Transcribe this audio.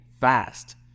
fast